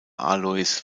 alois